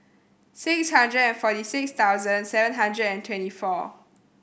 six hundred and forty six thousand seven hundred and twenty four